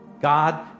God